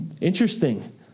Interesting